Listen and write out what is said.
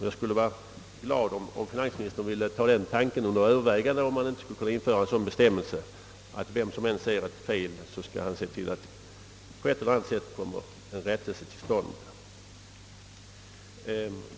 Jag skulle vara glad om finansministern ville ta under övervägande att införa en bestämmelse, att vem som än upptäcker ett fel skall på ett eller annat sätt tillse att rättelse kommer till stånd.